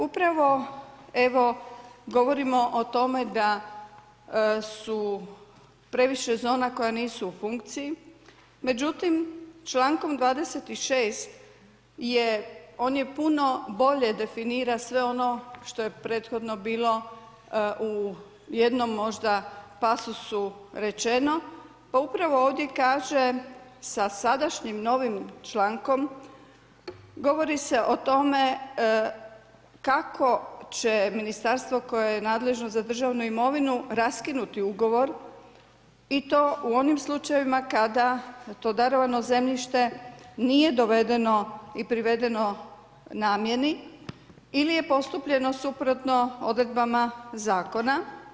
Upravo evo govorimo o tome da su previše zona koje nisu u funkciji, međutim člankom 26. on puno bolje definira sve ono što je prethodno bilo u jednom možda pasusu rečeno, pa upravo ovdje kaže sa sadašnjim novim člankom, govori se o tome kako će ministarstvo koje je nadležno za državnu imovinu raskinuti ugovor i to u onim slučajevima kada to darovano zemljište nije dovedeno i privedeno namjeni ili je postupljeno suprotno odredbama zakona.